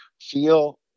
feel